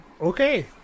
okay